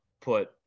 Put